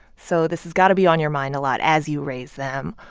so this has got to be on your mind a lot as you raise them.